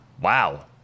wow